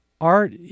Art